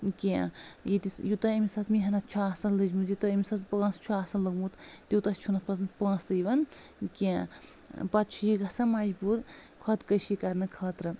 کیٚنٛہہ ییٖتِس یوٗتاہ أمِس اَتھ محنت چھےٚ آسان لٔجمٕژ یوٗتاہ أمِس اَتھ پونٛسہٕ چھُ آسان لوگمُت تیوٗتاہ چھُ نہٕ اَتھ پَتہٕ پونٛسہٕ یِوان کیٚنٛہہ پَتہٕ چھُ یہِ گژھان مجبوٗر خۄدکٔشی کرنہٕ خٲطرٕ